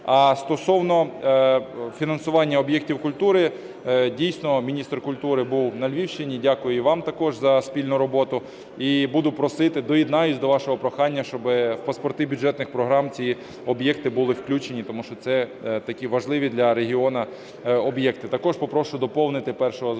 А стосовно фінансування об'єктів культури, дійсно, міністр культури був на Львівщині, дякую і вам також за спільну роботу. І буду просити... доєднаюсь до вашого прохання, щоб в паспорти бюджетних програм ці об'єкти були включені, тому що це такі важливі для регіону об'єкти. Також попрошу доповнити першого